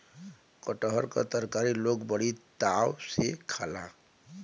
कटहर क तरकारी लोग बड़ी चाव से खाला